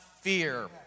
fear